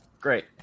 Great